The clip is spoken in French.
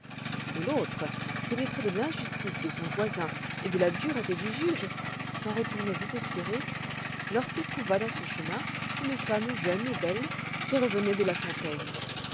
et l'autre pénétré de l'injustice de son voisin et de la dureté du juge s'en retournoit désespéré lorsqu'il trouva dans son chemin une femme jeune et belle qui revenoit de la fontaine